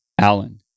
Allen